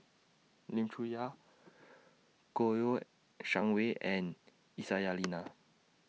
Lim Chong Yah Kouo Shang Wei and Aisyah Lyana